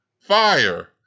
fire